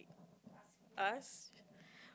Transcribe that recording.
ask